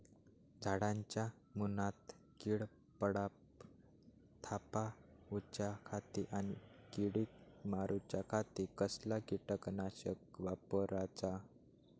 झाडांच्या मूनात कीड पडाप थामाउच्या खाती आणि किडीक मारूच्याखाती कसला किटकनाशक वापराचा?